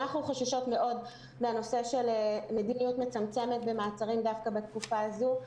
אנחנו חוששות מאוד מהנושא של מדיניות מצמצמת במעצרים דווקא בתקופה הזאת.